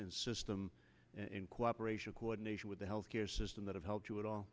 and system in cooperation coordination with the health care system that have helped you at all